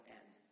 end